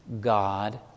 God